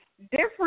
Different